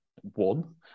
One